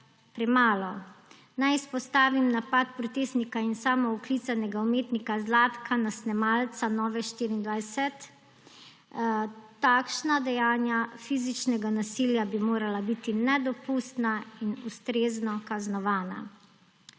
premalo. Naj izpostavim napad protestnika in samooklicanega umetnika Zlatka na snemalca Nove24. Takšna dejanja fizičnega nasilja bi morala biti nedopustna in ustrezno kaznovana.